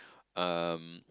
um